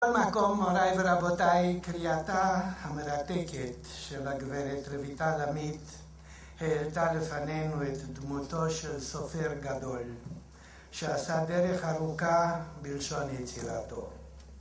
בכל מקום, מוריי ורבותיי, קריאתה המרתקת של הגברת רויטל עמית העלתה לפנינו את דמותו של סופר גדול שעשה דרך ארוכה בלשון יצירתו.